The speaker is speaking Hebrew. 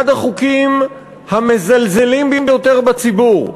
אחד החוקים המזלזלים ביותר בציבור,